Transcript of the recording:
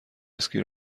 اسکی